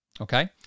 Okay